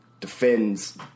defends